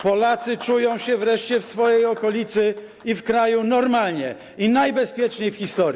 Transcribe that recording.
Polacy czują się wreszcie w swojej okolicy i w kraju normalnie i najbezpieczniej w historii.